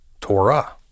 Torah